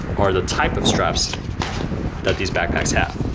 are the type of straps that these backpacks have.